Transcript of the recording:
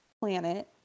planet